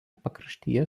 pakraštyje